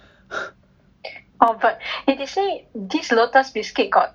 oh but they say this lotus buscuit got